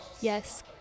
Yes